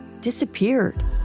disappeared